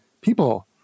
people